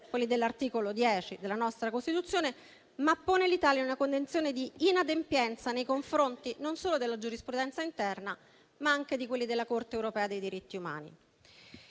cui all'articolo 10 della Costituzione, ma pone l'Italia inadempiente nei confronti non solo della giurisprudenza interna, ma anche di quella della Corte Europea dei diritti umani,